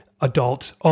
adults